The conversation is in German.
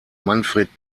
manfred